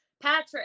Patrick